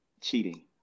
cheating